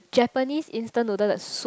Japanese instant noodle the soup